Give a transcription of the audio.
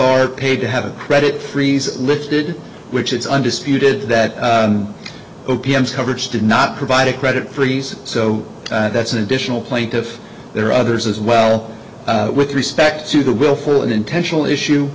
are paid to have a credit freeze listed which is undisputed that o p s coverage did not provide a credit freeze so that's an additional plaintiff there are others as well with respect to the willful intentional issue